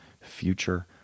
future